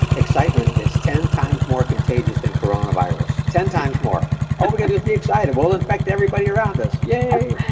excitement is ten times more contagious than corona virus. ten times more. all we get is to be excited, we'll infect everybody around us, yay.